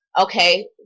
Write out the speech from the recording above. okay